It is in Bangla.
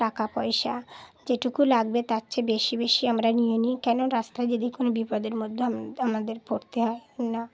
টাকা পয়সা যেটুকু লাগবে তার চেয়ে বেশি বেশি আমরা নিয়ে নিই কেন রাস্তায় যদি কোনো বিপদের মধ্যে আমাদের পড়তে হয় না